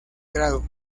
grado